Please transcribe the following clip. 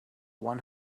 one